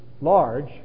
Large